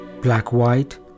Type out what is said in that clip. black-white